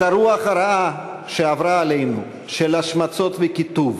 את הרוח הרעה שעברה עלינו, של השמצות וקיטוב,